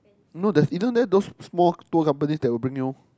no there's even there those small tour companies that bring you